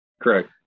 Correct